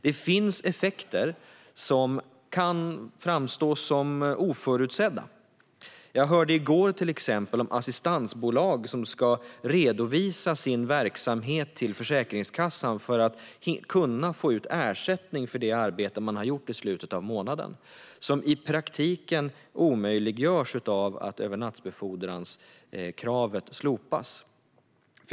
Det finns effekter som kan framstå som oförutsedda. Jag hörde till exempel i går om assistansbolag som ska redovisa sin verksamhet till Försäkringskassan för att få ut ersättning för det arbete de har gjort i slutet av månaden. Det arbetet görs i praktiken omöjligt på grund av att övernattbefordranskravet slopas.